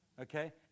okay